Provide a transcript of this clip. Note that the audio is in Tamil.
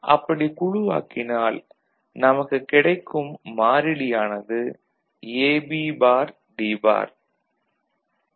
அப்படி குழுவாக்கினால் நமக்குக் கிடைக்கும் மாறிலி ஆனது A B bar D bar